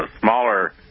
smaller